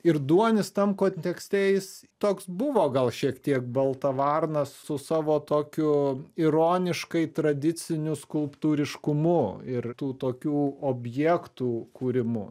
ir duonis tam kontekste jis toks buvo gal šiek tiek balta varna su savo tokiu ironiškai tradiciniu skulptūriškumu ir tų tokių objektų kūrimu